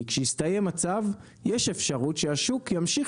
כי כשיסתיים הצו יש אפשרות שהשוק ימשיך